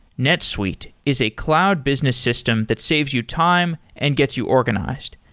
netsuite is a cloud business system that saves you time and gets you organized.